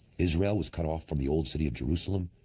israel was cut off from the old city of jerusalem,